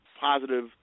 positive